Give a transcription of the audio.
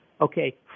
Okay